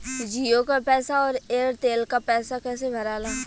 जीओ का पैसा और एयर तेलका पैसा कैसे भराला?